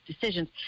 decisions